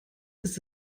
ist